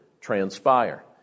transpire